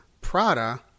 Prada